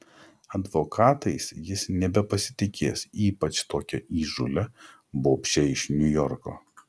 advokatais jis nebepasitikės ypač tokia įžūlia bobše iš niujorko